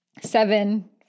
seven